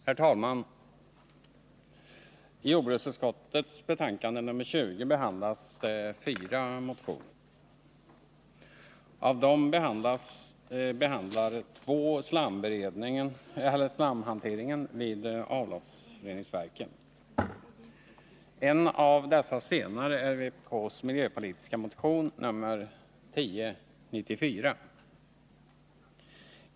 Herr talman! I jordbruksutskottets betänkande nr 20 behandlas fyra motioner. Av dem tar två upp slamhanteringen vid avloppsreningsverken. En av dessa senare är vpk:s miljöpolitiska motion, nr 1094.